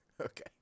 Okay